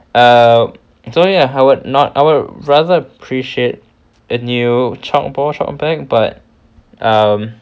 uh so ya I would not I would rather appreciate a new chalk board bag but um